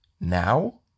now